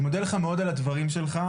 אני מודה לך מאוד על הדברים שלך.